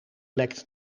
lekt